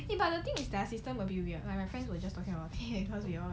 eh but the thing is that the system a bit weird like my friend was just talking about cause we all